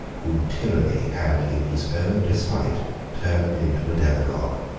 whom tyranny had in his own despite turned into a demagogue.